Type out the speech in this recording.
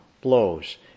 blows